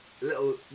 little